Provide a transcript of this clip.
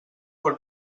per